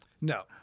No